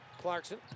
Clarkson